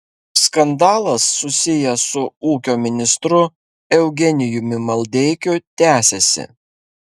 skandalas susijęs su ūkio ministru eugenijumi maldeikiu tęsiasi